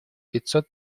пятьсот